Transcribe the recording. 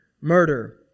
murder